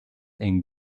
and